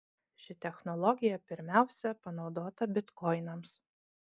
ši technologija pirmiausia panaudota bitkoinams